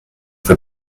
for